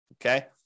Okay